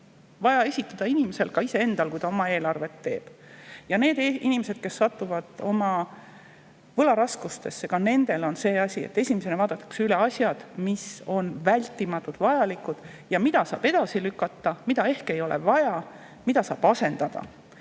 vaja esitada inimesel ka iseendale, kui ta oma eelarvet teeb. Ka nende inimestega, kes satuvad võlaraskustesse, on see asi, et esimesena vaadatakse üle, mis asjad on vältimatult vajalikud, ja mis on need, mida saab edasi lükata, mida ehk ei ole vaja, mida saab asendada.